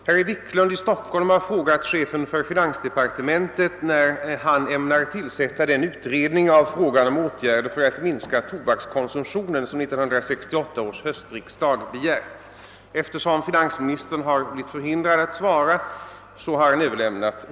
Herr talman! Fru Bergman har frågat mig, om regeringen förbereder några åtgärder för förbud mot reklam för tobak, sprit och öl.